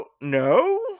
no